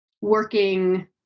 working